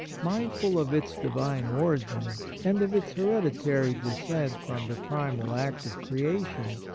mindful of its divine origin, and of its hereditary descent from the primal act of creation,